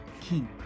keep